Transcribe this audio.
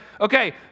okay